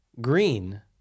Green